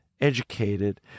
educated